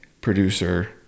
producer